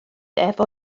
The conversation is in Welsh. efô